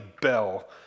bell